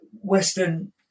Western